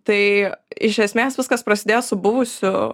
tai iš esmės viskas prasidėjo su buvusiu